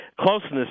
closeness